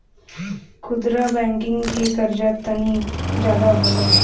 खुदरा बैंकिंग के कर्जा तनी जादा होला